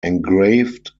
engraved